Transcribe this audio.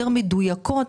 יותר מדויקות,